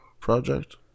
project